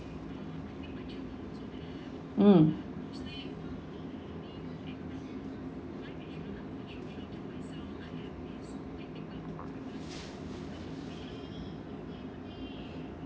mm